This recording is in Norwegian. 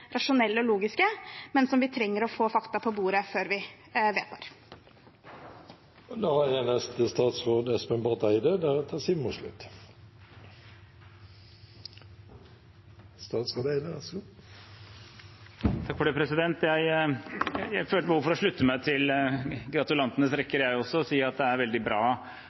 rasjonelle og logiske, men hvor vi trenger fakta på bordet før vi vedtar dem. Jeg føler behov for å slutte meg til gratulantenes rekker, jeg også, og si at det er veldig bra